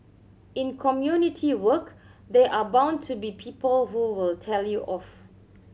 in community work there are bound to be people who will tell you off